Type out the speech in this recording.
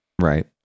Right